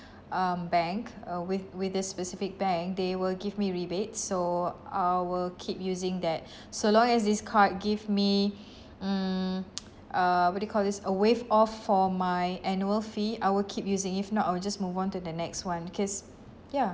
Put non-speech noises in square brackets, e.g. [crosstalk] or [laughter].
um bank uh with with this specific bank they will give me rebate so I will keep using that so long as this card give me mm [noise] uh what do you call this a waive off for my annual fee I will keep using if not I will just move on to the next [one] cause ya